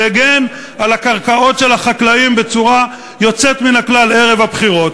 שהגן על הקרקעות של החקלאים בצורה יוצאת מן הכלל ערב הבחירות,